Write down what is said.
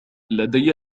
لدي